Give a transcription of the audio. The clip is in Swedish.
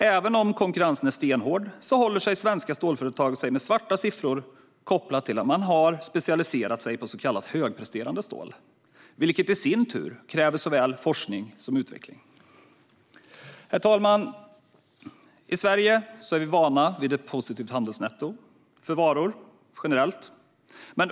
Även om konkurrensen är stenhård håller sig svenska stålföretag med svarta siffror kopplat till att man har specialiserat sig på så kallat högpresterande stål, vilket i sin tur kräver forskning och utveckling. Herr talman! I Sverige är vi vana vid ett positivt handelsnetto för varor.